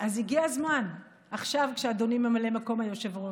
אז הגיע הזמן, עכשיו כשאדוני ממלא מקום היושב-ראש.